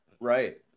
Right